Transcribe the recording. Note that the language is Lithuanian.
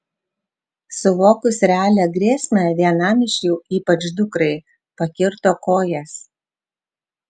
suvokus realią grėsmę vienam iš jų ypač dukrai pakirto kojas